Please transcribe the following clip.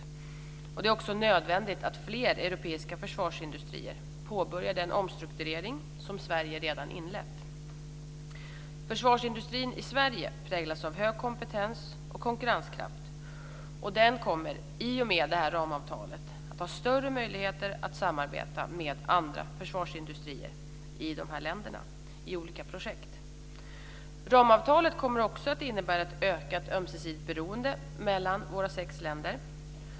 Det är också nödvändigt att fler europeiska försvarsindustrier påbörjar den omstrukturering som Sverige redan har inlett. Försvarsindustrin i Sverige präglas av hög kompetens och konkurrenskraft. Och den kommer i och med detta ramavtal att ha större möjligheter att samarbeta med andra försvarsindustrier i dessa länder i olika projekt. Ramavtalet kommer också att innebära ett ökat ömsesidigt beroende mellan våra sex länder.